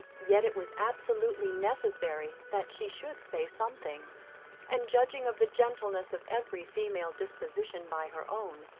yet it was absolutely necessary that she should say something and judging of the gentleness of every female disposition by her own,